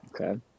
Okay